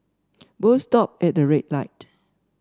both stopped at a red light